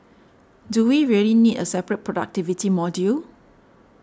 do we really need a separate productivity module